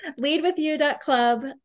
Leadwithyou.club